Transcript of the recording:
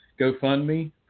GoFundMe